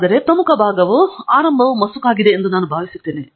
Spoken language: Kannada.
ಆದರೆ ಪ್ರಮುಖ ಭಾಗವು ಆರಂಭವು ಮಸುಕಾದದ್ದು ಎಂದು ನಾನು ಭಾವಿಸುತ್ತೇನೆ